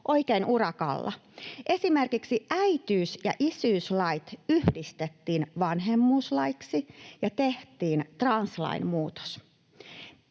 oikein urakalla. Esimerkiksi äitiys- ja isyyslait yhdistettiin vanhemmuuslaiksi ja tehtiin translain muutos.